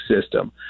system